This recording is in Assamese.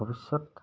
ভৱিষ্যত